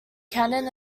cannon